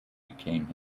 became